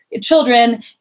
children